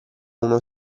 uno